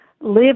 live